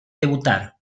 debutar